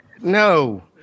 no